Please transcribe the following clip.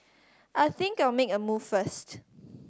I think I'll make a move first